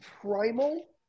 primal